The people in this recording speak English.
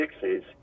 sixes